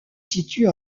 situe